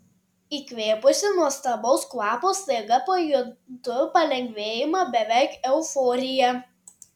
įkvėpusi nuostabaus kvapo staiga pajuntu palengvėjimą beveik euforiją